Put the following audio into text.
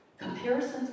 Comparisons